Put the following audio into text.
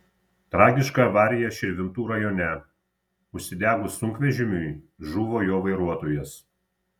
tragiška avarija širvintų rajone užsidegus sunkvežimiui žuvo jo vairuotojas